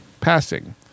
passing